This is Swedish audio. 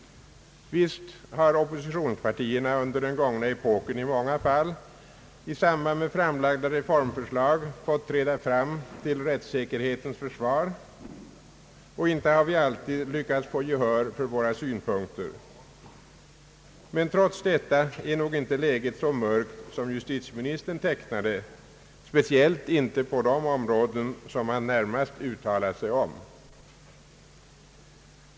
Visst har oppositionspartierna under den gångna epoken i många fall i samband med framlagda reformförslag fått träda fram till rättssäkerhetens försvar, och inte har vi alltid lyckats få gehör för våra synpunkter. Men trots detta är nog inte läget så mörkt som justitieministern tecknar det, speciellt inte på de områden som han närmast uttalat sig om.